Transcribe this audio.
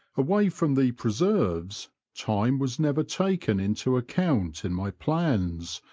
away from the preserves, time was never taken into account in my plans,